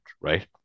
right